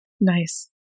Nice